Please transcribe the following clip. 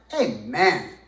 Amen